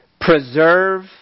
preserve